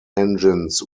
engines